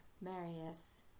Marius